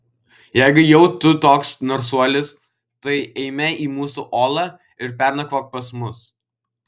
jeigu jau tu toks narsuolis tai eime į mūsų olą ir pernakvok pas mus